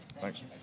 Thanks